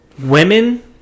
women